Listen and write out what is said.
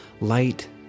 Light